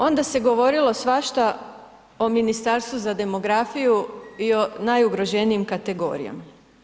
Onda se govorilo svašta o Ministarstvu za demografiju i o najugroženijim kategorijama.